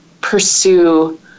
pursue